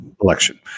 Election